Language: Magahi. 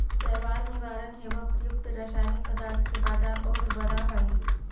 शैवाल निवारण हेव प्रयुक्त रसायनिक पदार्थ के बाजार बहुत बड़ा हई